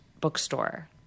bookstore